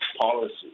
policies